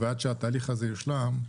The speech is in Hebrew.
ועד שהתהליך הזה יושלם,